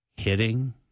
hitting